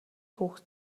түүх